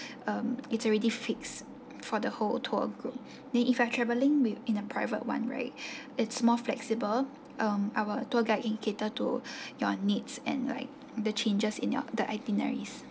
um it's already fixed for the whole tour group then if you're traveling with in a private one right it's more flexible um our tour guide can cater to your needs and like the changes in your the itineraries